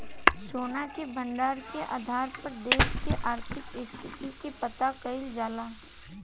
सोना के भंडार के आधार पर देश के आर्थिक स्थिति के पता कईल जाला